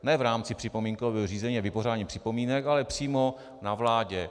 Ne v rámci připomínkového řízení nebo vypořádání připomínek, ale přímo na vládě.